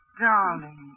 Darling